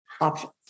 options